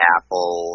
Apple